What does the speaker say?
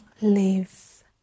live